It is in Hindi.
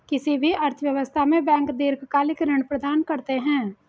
किसी भी अर्थव्यवस्था में बैंक दीर्घकालिक ऋण प्रदान करते हैं